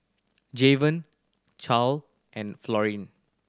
Javen Clair and Florian